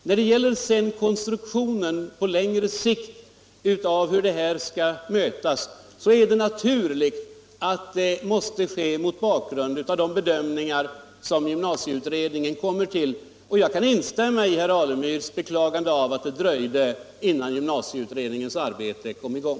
När det gäller hur detta problem skall mötas på längre sikt så är det naturligt att det måste ske mot bakgrund av de bedömningar som gymnasieutredningen kommer till. Jag kan instämma i herr Alemyrs beklagande av att det dröjde innan gymnasieutredningens arbete kom i gång.